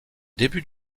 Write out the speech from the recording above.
début